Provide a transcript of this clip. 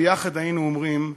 וביחד היינו אומרים: